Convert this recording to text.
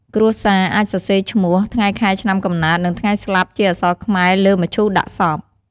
គ្រួសារអាចសរសេរឈ្មោះ ថ្ងៃខែឆ្នាំកំណើត និងថ្ងៃស្លាប់ជាអក្សរខ្មែរលើមឈូសដាក់សព។